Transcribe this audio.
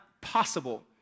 possible